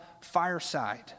fireside